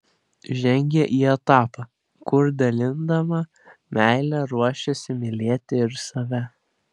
žengia į etapą kur dalindama meilę ruošiasi mylėti ir save